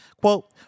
Quote